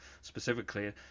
specifically